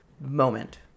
moment